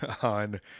on